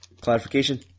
Clarification